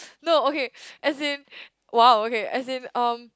no okay as in !wow! okay as in um